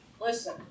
listen